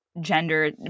gender